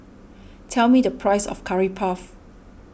tell me the price of Curry Puff